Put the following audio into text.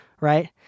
Right